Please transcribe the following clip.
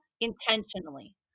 intentionally